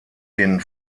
den